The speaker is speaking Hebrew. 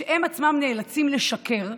שהם עצמם נאלצים לשקר,